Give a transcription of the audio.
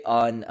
on